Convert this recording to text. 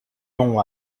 nom